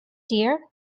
dear